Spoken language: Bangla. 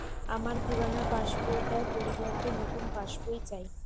আমার পুরানো পাশ বই টার পরিবর্তে নতুন পাশ বই চাই